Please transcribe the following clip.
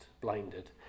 blinded